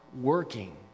working